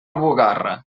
bugarra